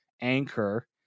anchor